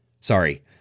sorry